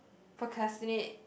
procrastinate